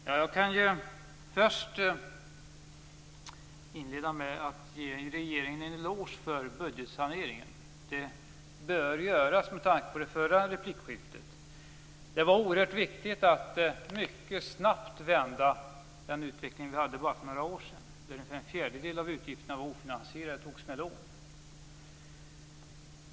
Herr talman! Jag kan inleda med att ge regeringen en eloge för budgetsaneringen. Det bör göras med tanke på det förra replikskiftet. Det var oerhört viktigt att mycket snabbt vända den utveckling vi hade för bara några år sedan, där ungefär en fjärdedel av utgifterna var ofinansierade och alltså finansierades med lån.